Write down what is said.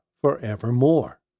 forevermore